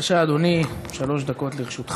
בבקשה, אדוני, שלוש דקות לרשותך.